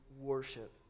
worship